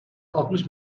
altmış